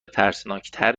ترسناکتر